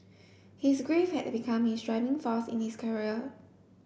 his grief had become his driving force in his career